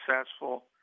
successful